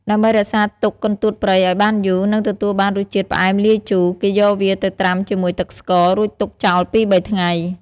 ដើម្បីរក្សាទុកកន្ទួតព្រៃឱ្យបានយូរ និងទទួលបានរសជាតិផ្អែមលាយជូរ គេយកវាទៅត្រាំជាមួយទឹកស្ករ រួចទុកចោលពីរបីថ្ងៃ។